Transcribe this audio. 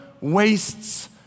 wastes